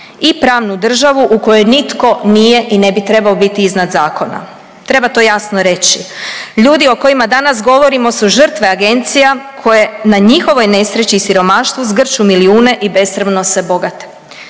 i pravnu državu u kojoj nitko nije i ne bi trebao biti iznad zakona. Treba to jasno reći. Ljudi o kojima danas govorimo su žrtve agencije koje na njihovoj nesreći i siromaštvu zgrću milijune i besramno se bogate.